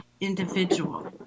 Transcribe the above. individual